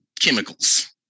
chemicals